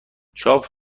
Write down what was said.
چاپ